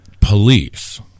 police